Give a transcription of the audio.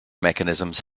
mechanisms